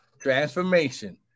transformation